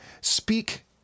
speak